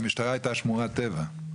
המשטרה היתה שמורת טבע.